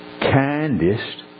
kindest